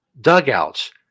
dugouts